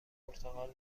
پرتقال